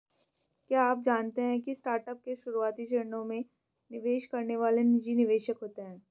क्या आप जानते है स्टार्टअप के शुरुआती चरणों में निवेश करने वाले निजी निवेशक होते है?